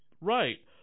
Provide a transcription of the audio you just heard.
Right